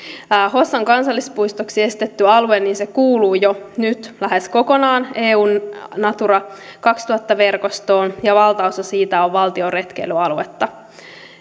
hossan kansallispuistoksi esitetty alue kuuluu jo nyt lähes kokonaan eun natura kaksituhatta verkostoon ja valtaosa siitä on valtion retkeilyaluetta